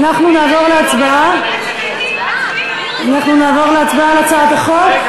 אנחנו נעבור להצבעה על הצעת החוק.